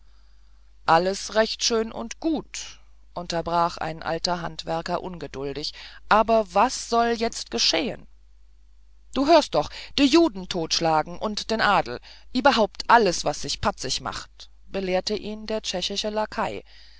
alles recht schön und gut unterbrach ein alter handwerker ungeduldig aber was soll jetzt geschehen du hörst doch de juden totschlagen und den adel iberhaupt alles was sich patzig macht belehrte ihn der tschechische lakai